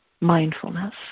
Mindfulness